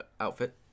outfit